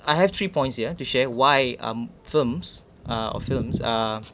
I have three points here to share why um films are films are